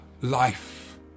life